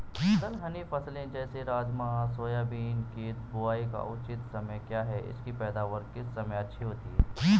दलहनी फसलें जैसे राजमा सोयाबीन के बुआई का उचित समय क्या है इसकी पैदावार किस समय अच्छी होती है?